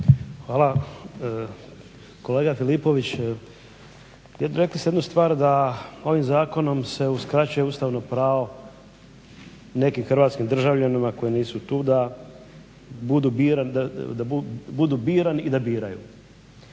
Hvala. Kolega Filipović, rekli ste jednu stvar da ovim zakonom se uskraćuje ustavno pravo nekim hrvatskim državljanima koji nisu tu da budu birani i da biraju.